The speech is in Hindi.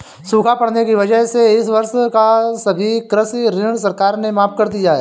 सूखा पड़ने की वजह से इस वर्ष का सभी कृषि ऋण सरकार ने माफ़ कर दिया है